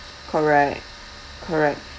correct correct